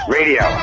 Radio